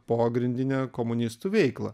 pogrindinę komunistų veiklą